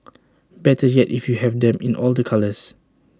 better yet if you have them in all the colours